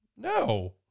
No